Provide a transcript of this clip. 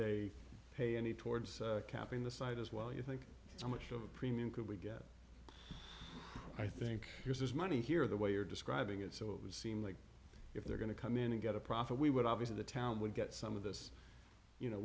they pay any towards capping the site as well you think how much of a premium could we get i think there's money here the way you're describing it so it was seem like if they're going to come in and get a profit we would obviously the town would get some of this you know